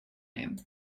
name